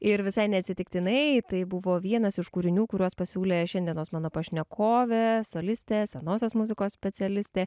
ir visai neatsitiktinai tai buvo vienas iš kūrinių kuriuos pasiūlė šiandienos mano pašnekovė solistė senosios muzikos specialistė